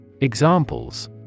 Examples